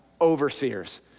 overseers